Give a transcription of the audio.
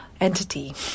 entity